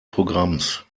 programms